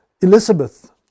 Elizabeth